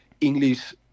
English